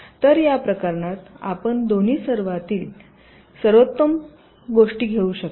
तर या प्रकरणात आपण दोन्ही जगातील सर्वोत्तम गोष्टी घेऊ शकता